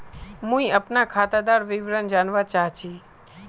मुई अपना खातादार विवरण जानवा चाहची?